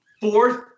fourth